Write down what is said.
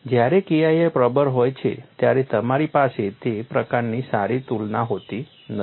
જ્યારે KII પ્રબળ હોય છે ત્યારે તમારી પાસે તે પ્રકારની સારી તુલના હોતી નથી